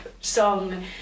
song